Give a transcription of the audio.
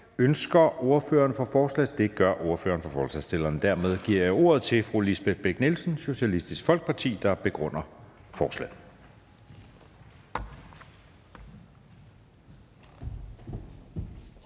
at begrunde forslaget? Det gør ordføreren for forslagsstillerne, og dermed giver jeg ordet til fru Lisbeth Bech-Nielsen, Socialistisk Folkeparti, der begrunder forslaget.